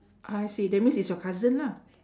I see that means it's your cousin lah